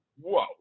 whoa